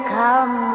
come